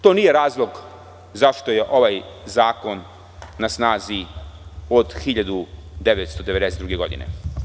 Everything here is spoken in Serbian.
To nije razlog zašto je ovaj zakon na snazi od 1992. godine.